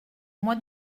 mois